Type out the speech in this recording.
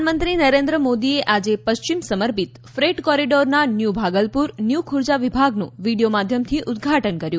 પ્રધાનમંત્રી નરેન્દ્ર મોદીએ આજે પશ્ચિમ સમર્પિત ફ્રેટ કોરીડોરના ન્યુ ભાગલપુર ન્યુ ખુર્જા વિભાગનું વિડિયો માધ્યમથી ઉદ્વાટન કર્યું